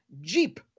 jeep